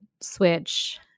switch